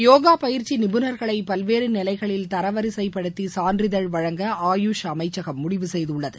யோகா பயிற்சி நிபுணர்களை பல்வேறு நிலைகளில் தரவரிசைப்படுத்தி சான்றிதழ் வழங்க ஆயுஷ் அமைச்சகம் முடிவு செய்துள்ளது